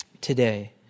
today